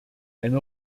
eine